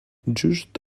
just